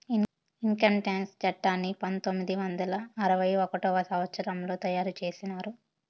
income tax చట్టాన్ని పంతొమ్మిది వందల అరవై ఒకటవ సంవచ్చరంలో తయారు చేసినారు